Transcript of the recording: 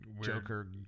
Joker